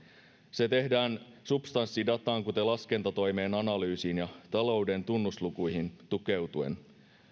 se tehdään substanssidataan kuten laskentatoimen analyysiin ja talouden tunnuslukuihin tukeutuen